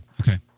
Okay